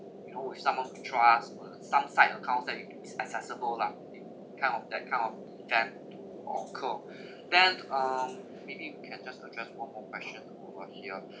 you know with someone to trust for the some side accounts that you is accessible lah kind of that kind of event to occur then um maybe we can just address one more question over here